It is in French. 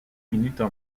minutes